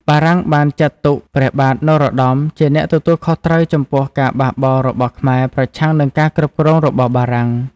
បារាំងបានចាត់ទុកព្រះបាទនរោត្តមជាអ្នកទទួលខុសត្រូវចំពោះការបះបោររបស់ខ្មែរប្រឆាំងនឹងការគ្រប់គ្រងរបស់បារាំង។